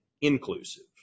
inclusive